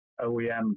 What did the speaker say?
OEM